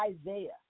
Isaiah